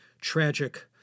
tragic